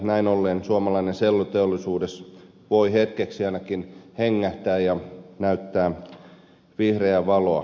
näin ollen suomalainen selluteollisuus voi hetkeksi ainakin hengähtää ja näyttää vihreää valoa